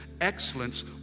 Excellence